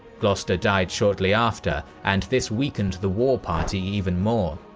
gloucester died shortly after and this weakened the war party even more.